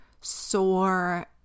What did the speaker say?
sore